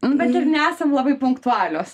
nu bet ir nesam labai punktualios